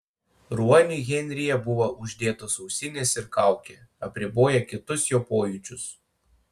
ruoniui henryje buvo uždėtos ausinės ir kaukė apriboję kitus jo pojūčius